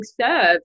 served